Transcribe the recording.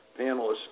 panelists